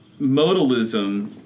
modalism